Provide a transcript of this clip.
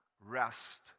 rest